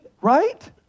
Right